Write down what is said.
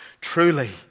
truly